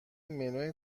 منوی